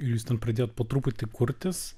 jūs ten pradėjot po truputį kurtis